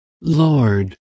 Lord